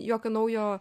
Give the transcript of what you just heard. jokio naujo